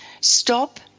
stop